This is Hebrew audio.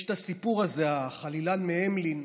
יש את הסיפור הזה, החלילן מהמלין,